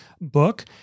book